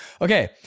Okay